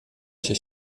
się